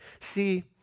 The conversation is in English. See